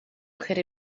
could